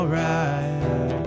right